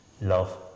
love